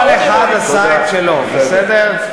כל אחד עשה את שלו, בסדר?